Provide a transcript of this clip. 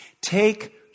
Take